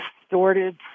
distorted